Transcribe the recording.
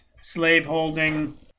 slave-holding